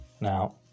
now